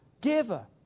giver